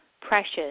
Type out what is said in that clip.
precious